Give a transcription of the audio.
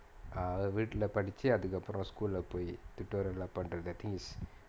err அத வீட்ல படிச்சி அதுக்கப்புறம்:atha veetla padichi athukkappuram school leh போயி:poyi tutorial lah பண்றது:pandrathu that is